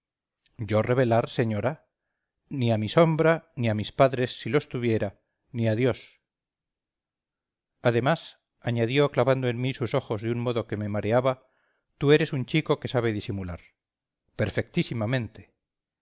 yo revelar señora ni a mi sombra ni a mis padres si los tuviera ni a dios además añadió clavando en mí sus ojos de un modo que me mareaba tú eres un chico que sabe disimular